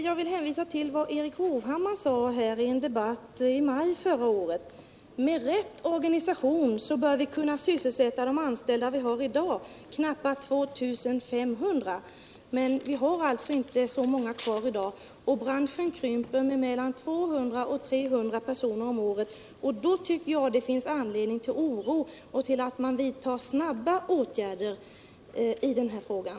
Jag vill hänvisa till att Erik Hovhammar i en debatt här i maj förra året sade att man med rätt organisation bör kunna sysselsätta de anställda som vi har i dag, knappa 2 500. Men så många har vi inte kvar i dag, och branschen fortsätter att krympa med mellan 200 och 300 personer om året. Därför tycker jag det finns anledning till oro. Vi måste vidta snabba åtgärder i den här frågan!